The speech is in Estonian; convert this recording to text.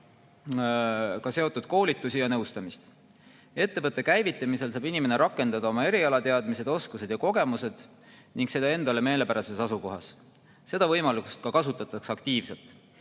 ka seotud koolitusi ja nõustamist. Ettevõtte käivitamisel saab inimene rakendada oma erialateadmised, oskused ja kogemused ning seda endale meelepärases asukohas. Seda võimalust kasutatakse aktiivselt